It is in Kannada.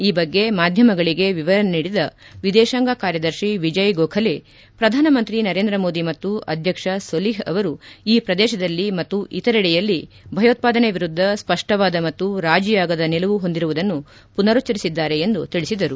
ಈ ಬಗ್ಗೆ ಮಾಧ್ಯಮಗಳಗೆ ವಿವರ ನೀಡಿದ ವಿದೇಶಾಂಗ ಕಾರ್ಯದರ್ಶಿ ವಿಜಯ್ ಗೋಖಲೆ ಪ್ರಧಾನಿ ನರೇಂದ್ರ ಮೋದಿ ಮತ್ತು ಆಧ್ಲಕ್ಷ ಸೋಲಿಹ್ ಅವರು ಈ ಪ್ರದೇಶದಲ್ಲಿ ಮತ್ತು ಇತರೆಡೆಯಲ್ಲಿ ಭಯೋತ್ವಾದನೆ ವಿರುದ್ದ ಸ್ಪಷ್ಟವಾದ ಮತ್ತು ರಾಜೀಯಾಗದ ನಿಲುವು ಹೊಂದಿರುವುದನ್ನು ಪುನರುಚ್ಚರಿಸಿದ್ದಾರೆ ಎಂದು ತಿಳಿಸಿದರು